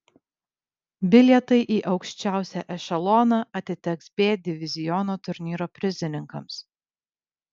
bilietai į aukščiausią ešeloną atiteks b diviziono turnyro prizininkams